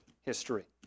history